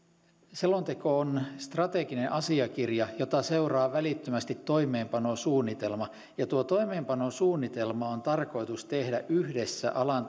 selonteko on strateginen asiakirja jota seuraa välittömästi toimeenpanosuunnitelma tuo toimeenpanosuunnitelma on tarkoitus tehdä yhdessä alan